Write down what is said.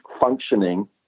functioning